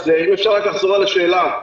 האם תוכל לחזור על השאלה?